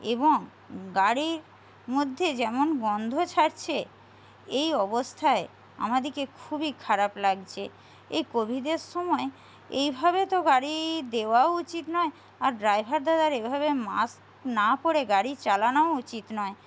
এবং গাড়ির মধ্যে যেমন গন্ধ ছাড়ছে এই অবস্থায় আমাদিকে খুবই খারাপ লাগছে এই কোভিডের সময় এইভাবে তো গাড়ি দেওয়াও উচিত নয় আর ড্রাইভার দাদার এইভাবে মাস্ক না পরে গাড়ি চালানোও উচিত নয়